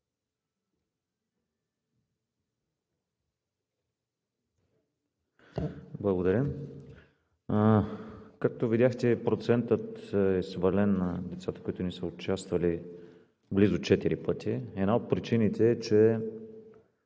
Благодаря. Както видяхте, процентът на децата, които не са участвали, е свален близо 4 пъти. Една от причините е, че